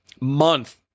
month